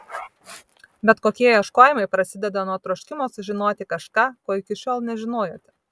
bet kokie ieškojimai prasideda nuo troškimo sužinoti kažką ko iki šiol nežinojote